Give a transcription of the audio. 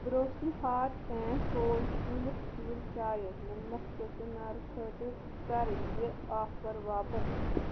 Borosil hot and cold stainless steel چایہِ نمتھ percent نارٕ خٲطرٕ کَر یِیہِ آفر واپس